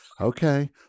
Okay